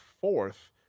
fourth